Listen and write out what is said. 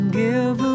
give